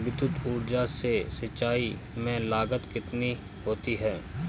विद्युत ऊर्जा से सिंचाई में लागत कितनी होती है?